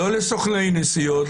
לא לסוכני נסיעות,